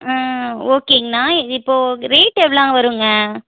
ஆ ஓகேங்கண்ணா இப்போது ரேட் எவ்வளோ வருங்க